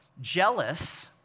jealous